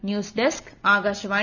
news desk Akashvani